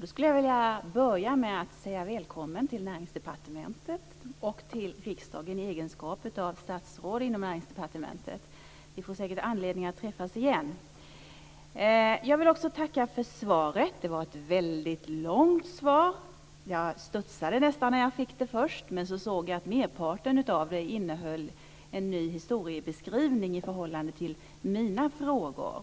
Jag skulle vilja börja med att säga välkommen till Näringsdepartementet och till riksdagen i egenskap av statsråd inom Näringsdepartementet. Vi får säkert anledning att träffas igen. Jag vill också tacka för svaret. Det var ett väldigt långt svar. Jag studsade nästan när jag fick det, men så såg jag att merparten av det innehöll en ny historiebeskrivning i förhållande till mina frågor.